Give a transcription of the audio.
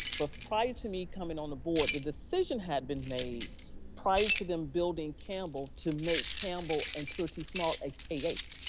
but prior to me coming on the board, the decision had been made prior to them building campbell to make campbell and turie t. small, a k eight.